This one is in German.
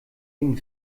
ihn